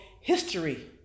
history